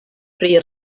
pri